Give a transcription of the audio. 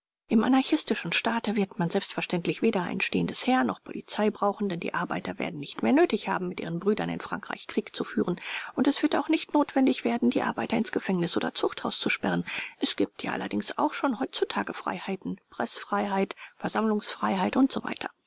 im anarchistischen staate wird man selbstverständlich weder ein stehendes heer noch polizei brauchen denn die arbeiter werden nicht mehr nötig haben mit ihren brüdern in frankreich krieg zu führen und es wird auch nicht notwendig werden die arbeiter ins gefängnis oder zuchthaus zu sperren es gibt ja allerdings auch schon heutzutage freiheiten preßfreiheit versammlungsfreiheit usw